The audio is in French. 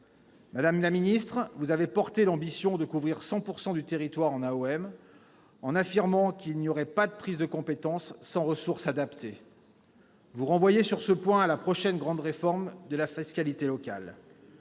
Madame la ministre, vous avez porté l'ambition de couvrir 100 % du territoire en autorités organisatrices de la mobilité, en affirmant qu'il n'y aurait pas de transfert de compétences sans ressources adaptées. Vous renvoyez sur ce point à la prochaine grande réforme de la fiscalité locale.